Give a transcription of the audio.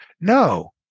No